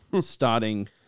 starting